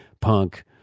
punk